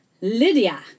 Lydia